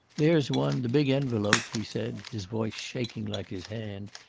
there's one, the big envelope, he said, his voice shaking like his hand.